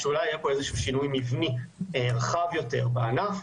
שאולי יהיה פה איזשהו שינוי מבני רחב יותר בענף.